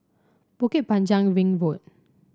Bukit Panjang Ring Road